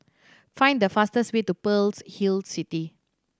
find the fastest way to Pearl's Hill City